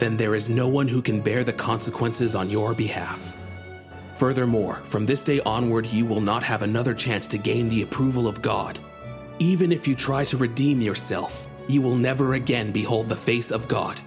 then there is no one who can bear the consequences on your behalf furthermore from this day onward he will not have another chance to gain the approval of god even if you try to redeem yourself he will never again behold the face of god